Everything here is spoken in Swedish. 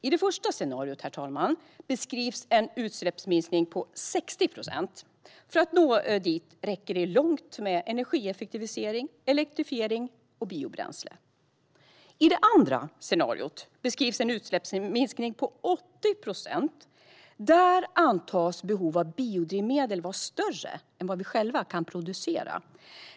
I det första scenariot, herr talman, beskrivs en utsläppsminskning på 60 procent. För att nå dit räcker det långt med energieffektivisering, elektrifiering och biobränsle. I det andra scenariot beskrivs en utsläppsminskning på 80 procent. Där antas behovet av biodrivmedel vara större än vad vi själva kan producera.